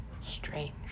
strange